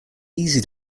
easy